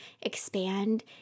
expand